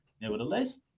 Nevertheless